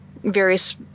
various